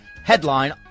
headline